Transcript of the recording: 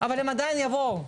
אבל הם עדיין יבואו,